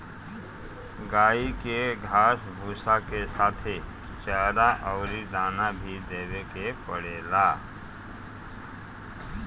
गाई के घास भूसा के साथे चारा अउरी दाना भी देवे के पड़ेला